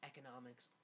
Economics